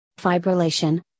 Fibrillation